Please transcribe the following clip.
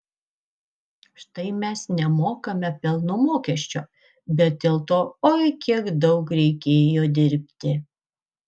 štai mes nemokame pelno mokesčio bet dėl to oi kiek daug reikėjo dirbti